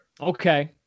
Okay